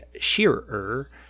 Shearer